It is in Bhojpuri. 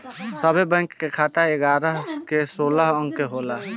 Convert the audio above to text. सभे बैंक के खाता एगारह से सोलह अंक के होला